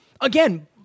again